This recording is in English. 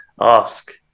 ask